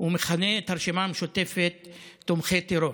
ומכנה את הרשימה המשותפת תומכי טרור.